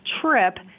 trip